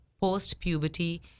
post-puberty